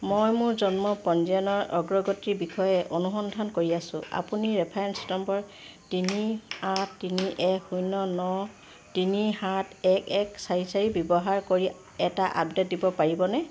মই মোৰ জন্ম পঞ্জীয়নৰ অগ্ৰগতিৰ বিষয়ে অনুসন্ধান কৰি আছো আপুনি ৰেফাৰেন্স নম্বৰ তিনি আঠ তিনি এক শূন্য ন তিনি সাত এক এক চাৰি চাৰি ব্যৱহাৰ কৰি এটা আপডেট দিব পাৰিবনে